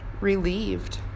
relieved